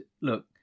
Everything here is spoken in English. Look